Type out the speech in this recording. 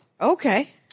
Okay